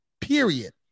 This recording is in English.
period